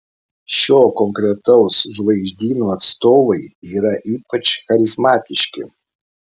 šio konkretaus žvaigždyno atstovai yra ypač charizmatiški